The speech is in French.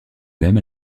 même